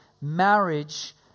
Marriage